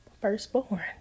firstborn